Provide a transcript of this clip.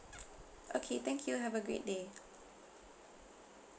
okay thank you have a great day